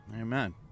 Amen